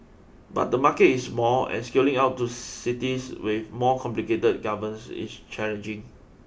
but the market is small and scaling out to cities with more complicated governance is challenging